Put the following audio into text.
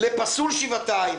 לפסול שבעתיים.